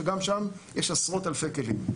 שגם שם יש עשרות אלפי כלים.